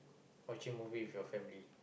watching movie with your family